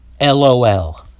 LOL